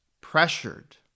pressured